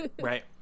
Right